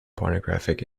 pornographic